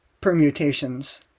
permutations